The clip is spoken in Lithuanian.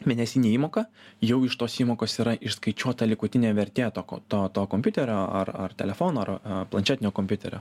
mėnesinė įmoka jau iš tos įmokos yra išskaičiuota likutinė vertė to to to kompiuterio ar ar telefono ar planšetinio kompiuterio